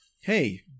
hey